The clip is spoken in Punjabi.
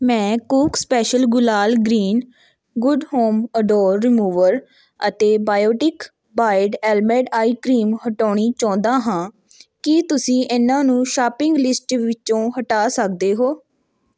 ਮੈਂ ਕੌਕ special gulal green good home odour remover ਅਤੇ ਬਾਇਓਟਿਕ ਬਾਇਡ ਐਲਮੰਡ ਆਈ ਕਰੀਮ ਹਟਾਉਣੀ ਚਾਹੁੰਦਾ ਹਾਂ ਕੀ ਤੁਸੀਂ ਇਹਨਾਂ ਨੂੰ ਸ਼ਾਪਿੰਗ ਲਿਸਟ ਵਿੱਚੋਂ ਹਟਾ ਸਕਦੇ ਹੋ